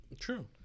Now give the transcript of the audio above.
true